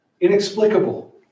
inexplicable